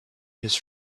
his